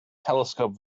telescope